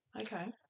Okay